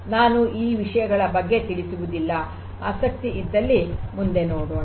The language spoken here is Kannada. ನಾನು ಈ ವಿಷಯಗಳ ಬಗ್ಗೆ ತಿಳಿಸುವುದಿಲ್ಲ ಆಸಕ್ತಿ ಇದ್ದಲ್ಲಿ ಮುಂದೆ ನೋಡೋಣ